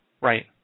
Right